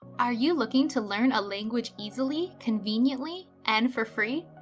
are you looking to learn a language easily, conveniently and for free?